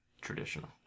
traditional